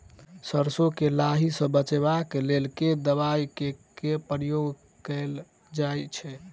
सैरसो केँ लाही सऽ बचाब केँ लेल केँ दवाई केँ प्रयोग कैल जाएँ छैय?